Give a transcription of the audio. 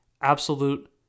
absolute